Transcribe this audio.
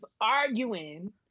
arguing